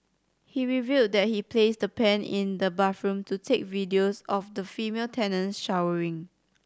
he revealed that he placed the pen in the bathroom to take videos of the female tenants showering